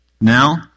Now